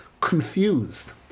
confused